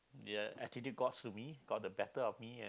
their attitude got to me got the better of me